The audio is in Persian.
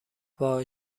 وای